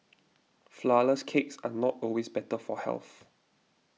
Flourless Cakes are not always better for health